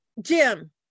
Jim